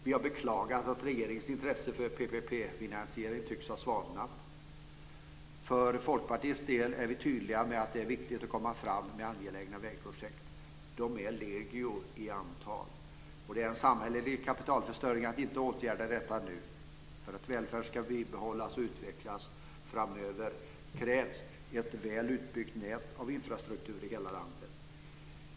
Vi har beklagat att regeringens intresse för PPP-finansiering tycks ha svalnat. För Folkpartiets del är vi tydliga med att det är viktigt att komma fram med angelägna vägprojekt. De är legio i antal. Det är en samhällelig kapitalförstöring att inte åtgärda detta nu. För att välfärden ska bibehållas och utvecklas framöver krävs ett väl utbyggt nät av infrastruktur i hela landet.